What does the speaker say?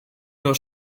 nur